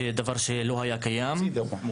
דבר שלא היה קיים.